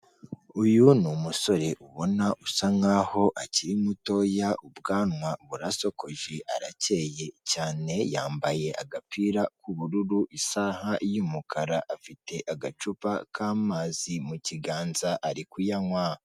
Uyu ni umusore ubona usa nkaho akiri mutoya ubwanwa burasokoje arakeye cyane, yambaye agapira k'ubururu, isaha y’umukara, afite agacupa k'amazi mu kiganza ari kuyanywa.